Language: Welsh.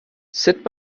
sut